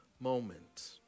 moment